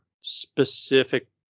specific